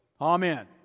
Amen